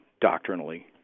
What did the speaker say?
doctrinally